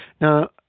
Now